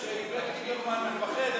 רק שים לב שאיווט ליברמן מפחד,